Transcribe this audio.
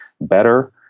better